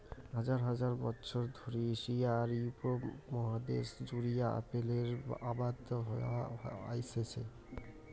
হাজার হাজার বছর ধরি এশিয়া আর ইউরোপ মহাদ্যাশ জুড়িয়া আপেলের আবাদ হয়া আইসছে